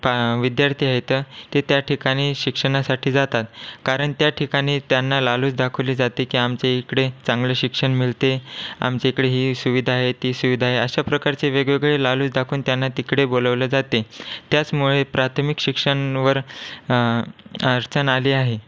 विद्यार्थी आहेत ते त्या ठिकाणी शिक्षणासाठी जातात कारण त्या ठिकाणी त्यांना लालूच दाखवली जाते की आमच्या इकडे चांगले शिक्षण मिळते आमच्या इकडे ही सुविधा आहे ती सुविधा आहे अशा प्रकारचे वेगवेगळे लालूच दाखवून त्यांना तिकडे बोलवले जाते त्याचमुळे प्राथमिक शिक्षणावर अडचण आली आहे